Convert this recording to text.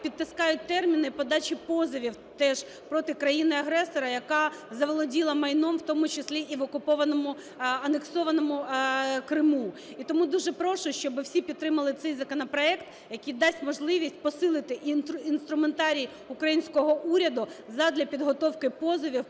підтискають терміни подачі позовів теж проти країни-агресора, яка заволоділа майном, в тому числі і в окупованому, анексованому Криму. І тому дуже прошу, щоби всі підтримали цей законопроект, який дасть можливість посилити інструментарій українського уряду задля підготовки позовів